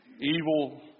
evil